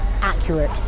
accurate